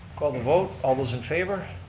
call the vote, all those in favor?